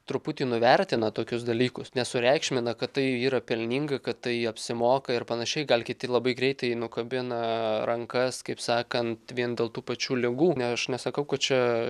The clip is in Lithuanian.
truputį nuvertina tokius dalykus nesureikšmina kad tai yra pelninga kad tai apsimoka ir panašiai gal kiti labai greitai nukabina rankas kaip sakant vien dėl tų pačių ligų ne aš nesakau kad čia